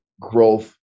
growth